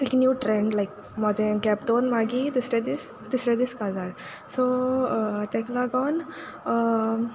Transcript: एक new trend लायक मोदें गॅप दोवोन मागी दुसरे दीस तिसरे दीस काजार सो तेक लागोन